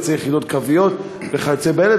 יוצאי יחידות קרביות וכיוצא באלה.